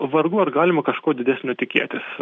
vargu ar galima kažko didesnio tikėtis